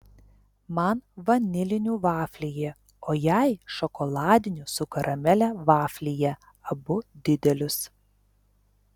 man vanilinių vaflyje o jai šokoladinių su karamele vaflyje abu didelius